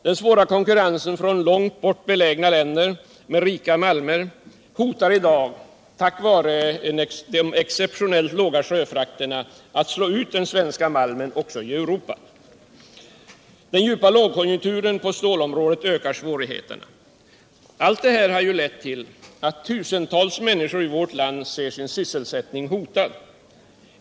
Den svåra konkurrensen från långt bort belägna länder med rika malmer hotar i dag, på grund av de exceptionellt låga sjöfrakterna, att slå ut den svenska malmen även i Europa. Den djupa lågkonjunkturen på stålområdet ökar svårigheterna. Allt detta har lett till att tusentals människor i vårt land ser sin sysselsättning hotad.